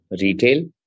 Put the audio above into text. retail